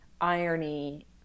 irony